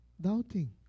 doubting